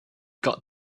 got